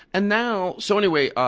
and now so anyway,